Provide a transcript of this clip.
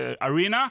arena